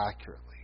accurately